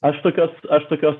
aš tokios aš tokios